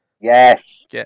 yes